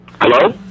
Hello